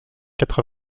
quatre